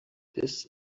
this